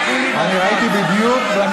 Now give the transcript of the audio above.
אתם רק מדברים ולא עושים כלום.